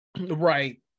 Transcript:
Right